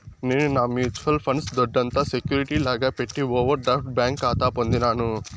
నేను నా mutual funds దొడ్డంత సెక్యూరిటీ లాగా పెట్టి ఓవర్ డ్రాఫ్ట్ బ్యాంకి కాతా పొందినాను